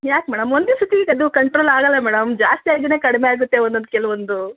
ಯಾಕೆ ಮೇಡಮ್ ಒಂದೇ ಸತಿಗೆ ಅದು ಕಂಟ್ರೋಲ್ ಆಗಲ್ಲ ಮೇಡಮ್ ಜಾಸ್ತಿ ಆಗಿನೆ ಕಡಿಮೆ ಆಗುತ್ತೆ ಒಂದೊಂದು ಕೆಲವೊಂದು